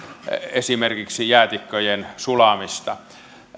esimerkiksi jäätikköjen sulamista